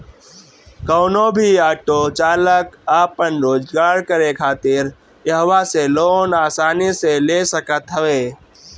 कवनो भी ऑटो चालाक आपन रोजगार करे खातिर इहवा से लोन आसानी से ले सकत हवे